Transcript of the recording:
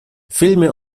filme